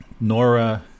Nora